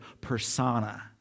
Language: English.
persona